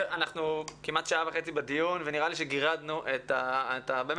אנחנו כמעט שעה וחצי בדיון ונראה לי שגירדנו את ראשית